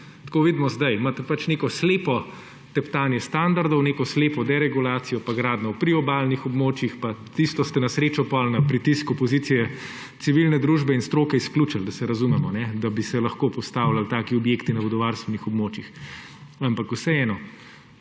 Tako vidimo zdaj, imate pač neko slepo teptanje standardov, neko slepo deregulacijo in gradnjo v priobalnih območjih. Pa tisto ste na srečo potem na pritisk opozicije, civilne družbe in stroke izključili, da se razumemo, da bi se lahko postavljali taki objekti na vodovarstvenih območjih. Ampak vseeno,